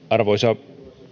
arvoisa